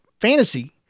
fantasy